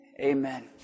Amen